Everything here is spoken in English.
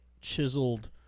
chiseled